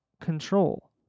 control